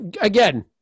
again